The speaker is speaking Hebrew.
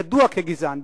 ידוע כגזען.